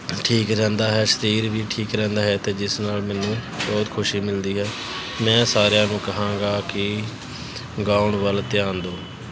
ਠੀਕ ਰਹਿੰਦਾ ਹੈ ਸਰੀਰ ਵੀ ਠੀਕ ਰਹਿੰਦਾ ਹੈ ਅਤੇ ਜਿਸ ਨਾਲ ਮੈਨੂੰ ਬਹੁਤ ਖੁਸ਼ੀ ਮਿਲਦੀ ਹੈ ਮੈਂ ਸਾਰਿਆਂ ਨੂੰ ਕਹਾਂਗਾ ਕਿ ਗਾਉਣ ਵੱਲ ਧਿਆਨ ਦਿਓ